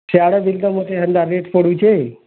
ସିଆଡ଼େ ହେଲା ରେଟ୍ ପଡ଼ୁଛେ